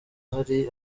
hari